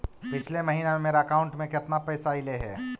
पिछले महिना में मेरा अकाउंट में केतना पैसा अइलेय हे?